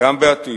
גם בעתיד,